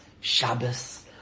Shabbos